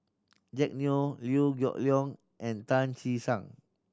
Jack Neo Liew Geok Leong and Tan Che Sang